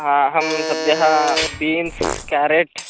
अहं सद्यः beans carrot